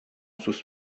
sus